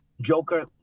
Joker